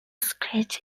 stretch